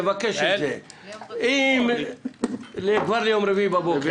נבקש את זה כבר ביום רביעי בבוקר.